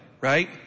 right